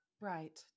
Right